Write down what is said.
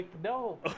no